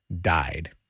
died